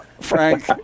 Frank